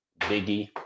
Biggie